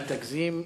אל תגזים,